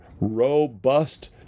robust